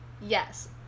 yes